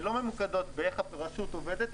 שלא ממוקדות באופן בו הרשות עובדת,